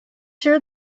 sure